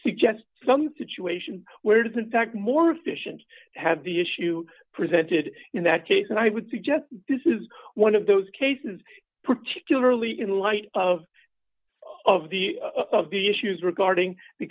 suggest some situation where does in fact more efficient have the issue presented in that case and i would suggest this is one of those cases particularly in light of of the of the issues regarding